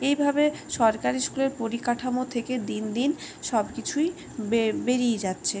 এইভাবে সরকারি স্কুলের পরিকাঠামো থেকে দিন দিন সব কিছুই বেরিয়ে যাচ্ছে